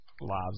lives